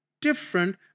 different